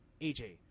AJ